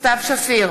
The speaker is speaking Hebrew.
סתיו שפיר,